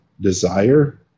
desire